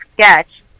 sketch